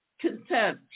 content